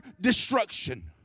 destruction